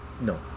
no